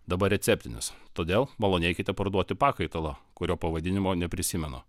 dabar receptinis todėl malonėkite parduoti pakaitalo kurio pavadinimo neprisimenu